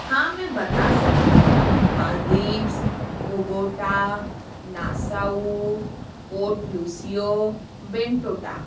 हाँ मैं बता सकती हूँ मालद्वीप्स बोगोटा नासाउ पोट लुसियो बेन्टोटा